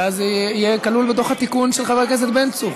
ואז זה יהיה כלול בתוך התיקון של חבר הכנסת בן צור.